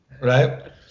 right